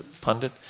pundit